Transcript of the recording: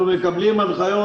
אנחנו מקבלים הנחיות.